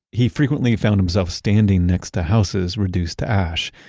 he frequently found himself standing next to houses reduced to ash,